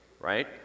right